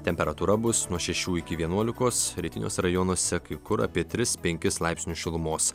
temperatūra bus nuo šešių iki vienuolikos rytiniuose rajonuose kai kur apie tris penkis laipsnius šilumos